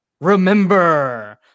remember